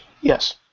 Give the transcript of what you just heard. Yes